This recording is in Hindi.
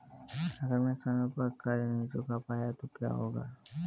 अगर मैं समय पर कर्ज़ नहीं चुका पाया तो क्या होगा?